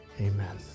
Amen